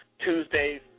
Tuesdays